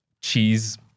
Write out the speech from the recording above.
Cheese